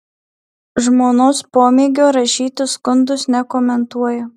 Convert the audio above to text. žmonos pomėgio rašyti skundus nekomentuoja